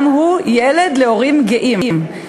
גם הוא ילד להורים גאים.